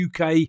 UK